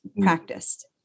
practiced